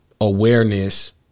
awareness